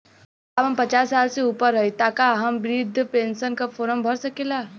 साहब हम पचास साल से ऊपर हई ताका हम बृध पेंसन का फोरम भर सकेला?